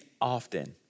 often